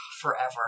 forever